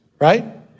right